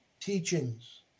teachings